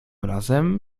razem